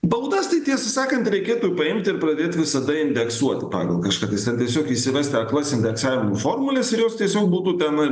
baudas tai tiesą sakant reikėtų paimti ir pradėti visada indeksuoti pagal kažką tai ten tiesiog įsivesti aklas indeksavimo formules ir jos tiesiog būtų ten